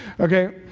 okay